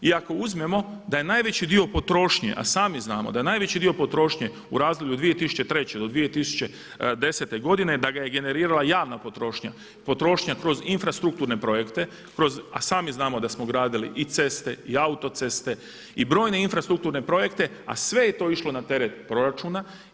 I ako uzmemo da je najveći dio potrošnje, a sami znamo da je najveći dio potrošnje u razdoblju od 2003. do 2010. godine da ga je generirala javna potrošnja, potrošnja kroz infrastrukturne projekte, a sami znamo da smo gradili i ceste i autoceste i brojne infrastrukturne projekte, a sve je to išlo na teret proračuna.